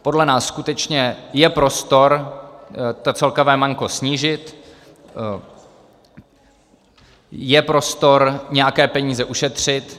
Podle nás skutečně je prostor to celkové manko snížit, je prostor nějaké peníze ušetřit.